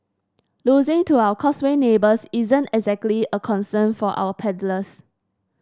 losing to our Causeway neighbours isn't exactly a concern for our paddlers